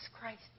Christ